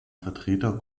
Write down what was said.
vertreter